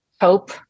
hope